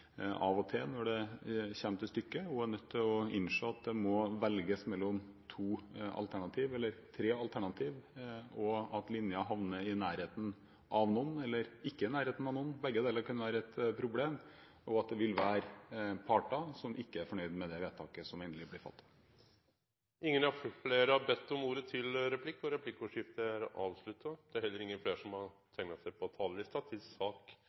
av og til når det kommer til stykket, er nødt til å innse at man må velge mellom to alternativer, eller tre alternativer, og at linjen havner i nærheten av noen, eller ikke i nærheten av noen – begge deler kan være et problem – og at det vil være parter som ikke er fornøyd med det vedtaket som blir endelig fattet. Replikkordskiftet er avslutta. Fleire har ikkje bede om ordet til sak nr. 3. Etter ønske frå energi- og miljøkomiteen vil presidenten foreslå at taletida blir avgrensa til